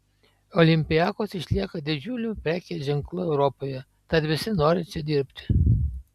olympiakos išlieka didžiuliu prekės ženklu europoje tad visi nori čia dirbti